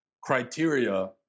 criteria